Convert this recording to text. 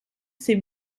ses